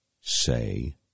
say